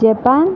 Japan